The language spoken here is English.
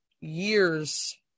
years